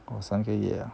三个月 ah